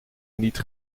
niet